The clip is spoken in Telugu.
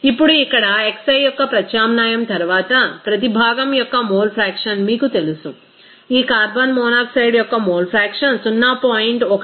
ఇప్పుడు ఇక్కడ xi యొక్క ప్రత్యామ్నాయం తరువాత ప్రతి భాగం యొక్క మోల్ ఫ్రాక్షన్ మీకు తెలుసు ఈ కార్బన్ మోనాక్సైడ్ యొక్క మోల్ ఫ్రాక్షన్ 0